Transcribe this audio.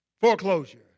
foreclosure